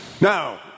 Now